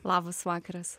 labas vakaras